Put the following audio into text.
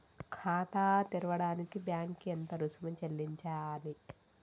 ఖాతా తెరవడానికి బ్యాంక్ కి ఎంత రుసుము చెల్లించాలి?